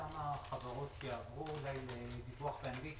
כמה חברות יעברו לדיווח באנגלית,